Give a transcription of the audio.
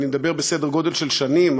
אני מדבר על סדר גודל של שנים,